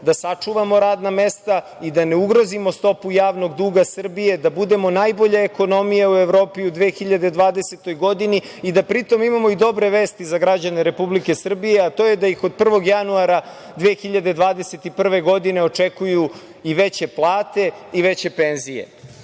da sačuvamo radna mesta i da ne ugrozimo stopu javnog duga Srbije, da budemo najbolja ekonomija u Evropi u 2020. godini i da pri tom imamo i dobre vesti za građane Republike Srbije, a to je da ih od 1. januara 2021. godine očekuju i veće plate i veće penzije. Ono